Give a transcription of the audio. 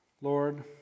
Lord